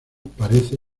parece